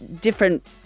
different